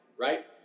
right